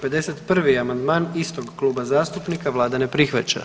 51. amandman istog kluba zastupnika, Vlada ne prihvaća.